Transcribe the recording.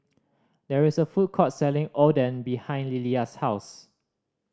there is a food court selling Oden behind Lillia's house